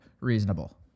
reasonable